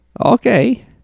Okay